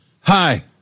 Hi